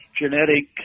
genetic